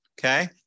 Okay